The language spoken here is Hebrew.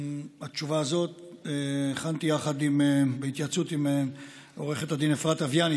את התשובה הזאת הכנתי בהתייעצות עם עו"ד אפרת אביאני,